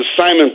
Simon